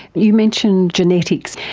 you mentioned genetics.